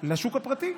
לשוק הפרטי.